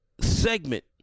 segment